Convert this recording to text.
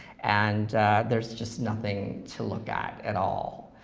and there's just nothing to look at at all.